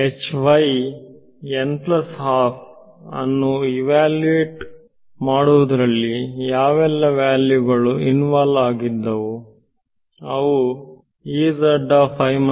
ಅನ್ನು evaluate ಮಾಡುವುದರಲ್ಲಿ ಯವೆಲ್ಲ ವ್ಯಾಲ್ಯೂ ಗಳು ಇನ್ವಾಲ್ ಆಗಿದ್ದವು ಅವು ಮತ್ತು